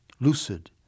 lucid